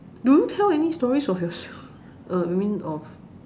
do you tell any stories of yourself uh I mean of